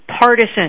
partisan